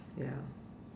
ya